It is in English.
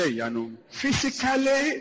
Physically